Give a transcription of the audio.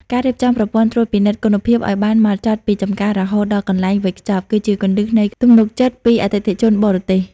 ការរៀបចំប្រព័ន្ធត្រួតពិនិត្យគុណភាពឱ្យបានហ្មត់ចត់ពីចម្ការរហូតដល់កន្លែងវេចខ្ចប់ គឺជាគន្លឹះនៃទំនុកចិត្តពីអតិថិជនបរទេស។